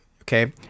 okay